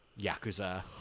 Yakuza